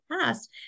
past